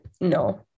no